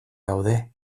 daude